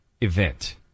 event